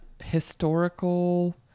historical